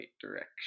direction